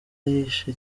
yishe